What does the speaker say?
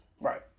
right